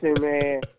man